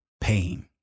pain